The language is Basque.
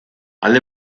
alde